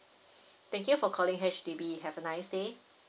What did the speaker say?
thank you for calling H_D_B have a nice day